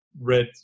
read